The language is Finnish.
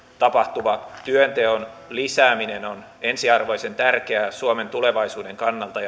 tapahtuva työnteon lisääminen on ensiarvoisen tärkeää suomen tulevaisuuden kannalta